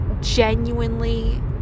genuinely